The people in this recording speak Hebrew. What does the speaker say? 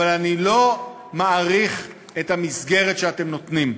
אבל אני לא מעריך את המסגרת שאתם נותנים.